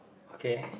okay